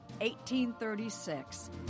1836